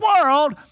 world